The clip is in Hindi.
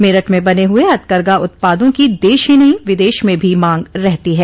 मेरठ में बने हुये हथकरघा उत्पादों की देश ही नहीं विदेश में भी मांग रहती हैं